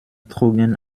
trugen